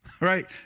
right